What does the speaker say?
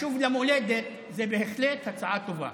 לשוב למולדת זו בהחלט הצעה טובה.